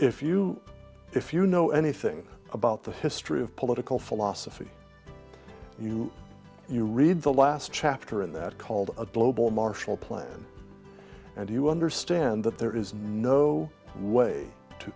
if you if you know anything about the history of political philosophy you you read the last chapter in that called a global marshall plan and you understand that there is no way to